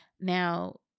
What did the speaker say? Now